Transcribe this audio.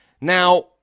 Now